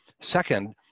Second